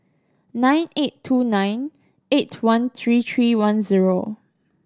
nine eight two nine eight one three three one zero